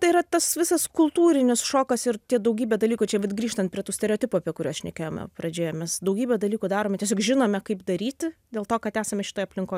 tai yra tas visas kultūrinis šokas ir daugybė dalykų čia vat grįžtant prie tų stereotipų apie kuriuos šnekėjome pradžioje mes daugybę dalykų darome tiesiog žinome kaip daryti dėl to kad esame šitoj aplinkoj